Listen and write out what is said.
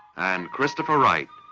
and christopher wright,